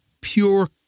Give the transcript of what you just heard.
pure